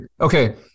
Okay